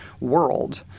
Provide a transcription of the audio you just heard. world